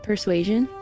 Persuasion